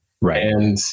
Right